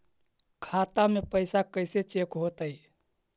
खाता में पैसा कैसे चेक हो तै?